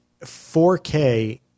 4k